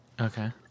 Okay